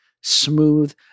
smooth